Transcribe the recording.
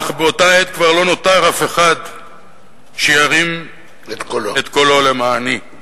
אך באותה עת כבר לא נותר אף אחד שירים את קולו למעני.